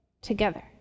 together